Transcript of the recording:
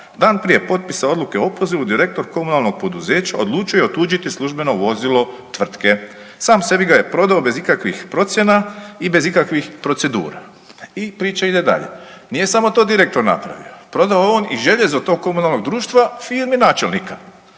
„Dan prije potpisa odluke o opozivu direktor komunalnog poduzeća odlučio je otuđiti službeno vozilo tvrtke. Sam sebi ga je prodao bez ikakvih procjena i bez ikakvih procedura.“ I priča ide dalje, nije samo to direktor napravio, prodao je on i željezo tog komunalnog društva firmi načelnika